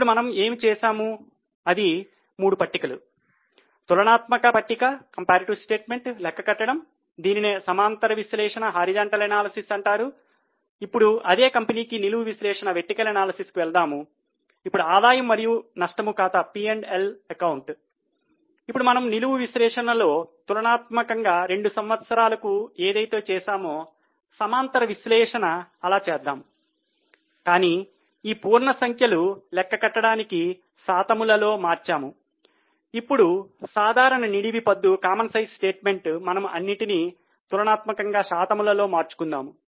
ఇప్పుడు మనము ఏమి చేశాము అది మూడు పట్టికలు తులనాత్మక పట్టిక మనము అన్నిటినీ తులనాత్మకంగా శాతములో మార్చుకుందాం